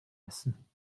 essen